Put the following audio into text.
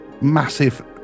massive